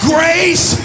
Grace